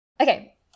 Okay